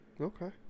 Okay